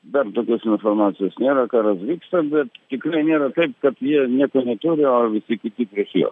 bent tokios informacijos nėra karas vyksta bet tikrai nėra taip kad jie nieko neturi o tik kiti prieš juos